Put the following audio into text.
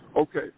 Okay